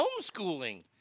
Homeschooling